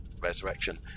Resurrection